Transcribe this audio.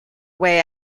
way